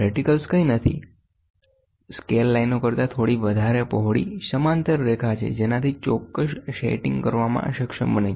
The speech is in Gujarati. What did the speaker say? રેટીકલસ કંઈ નથી પણ સ્કેલ લાઇનો કરતા થોડી વધારે પહોળી સમાંતર રેખા છે જેનાથી ચોક્કસ સેટિંગ કરવામાં સક્ષમ બને છે